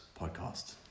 podcast